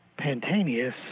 Pantaneous